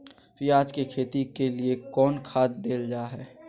प्याज के खेती के लिए कौन खाद देल जा हाय?